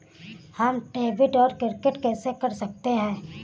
हम डेबिटऔर क्रेडिट कैसे कर सकते हैं?